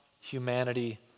humanity